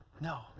No